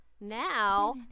Now